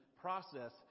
process